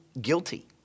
guilty